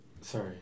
Sorry